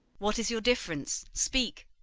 what is your difference? speak.